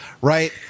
right